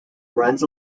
runs